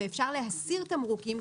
ואפשר להסיר תמרוקים,